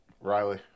Riley